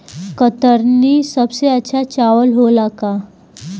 कतरनी सबसे अच्छा चावल होला का?